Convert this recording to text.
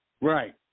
Right